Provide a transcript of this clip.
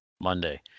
Monday